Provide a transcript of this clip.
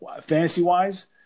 fantasy-wise